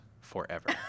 forever